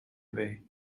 away